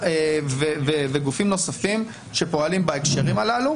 וגופים נוספים שפועלים בהקשרים הללו.